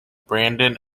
brandon